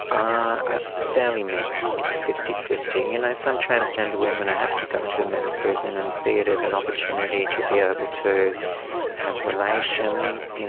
ah it's fairly mixed, it's fifty fifty. and some transgender women are happy to go into a men's prison and see it as an opportunity to be able to have relations, you know